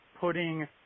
putting